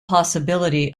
possibility